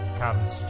comes